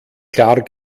klar